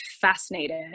fascinated